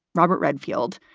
robert redfield,